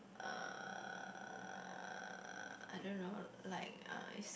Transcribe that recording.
uh I don't know like uh it's super